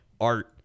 art